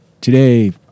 today